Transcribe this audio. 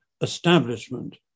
establishment